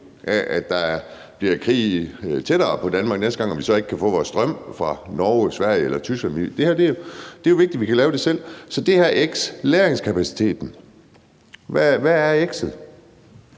om der bliver krig tættere på Danmark næste gang, og vi så ikke kan få vores strøm fra Norge, Sverige eller Tyskland. Det er vigtigt, at vi kan lave det selv. Så hvad er det her x i forhold til lagringskapaciteten? Hvad er x'et?